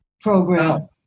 program